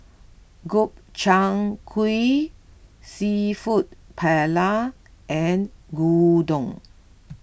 Gobchang Gui Seafood Paella and Gyudon